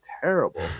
terrible